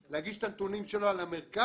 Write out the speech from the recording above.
להגיש את הנתונים שלה למרכז